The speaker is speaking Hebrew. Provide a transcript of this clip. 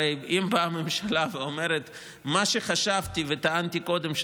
הרי אם באה הממשלה ואומרת: מה שחשבתי וטענתי קודם,